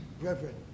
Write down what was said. Reverend